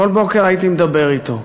כל בוקר הייתי מדבר אתו.